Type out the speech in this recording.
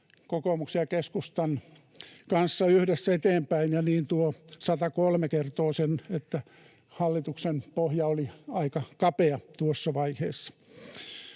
kokoomuksen ja keskustan kanssa yhdessä eteenpäin, ja niin tuo 103 kertoo sen, että hallituksen pohja oli aika kapea tuossa vaiheessa.